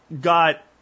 got